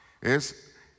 Es